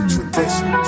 Tradition